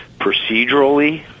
procedurally